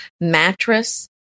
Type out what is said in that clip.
mattress